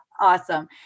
Awesome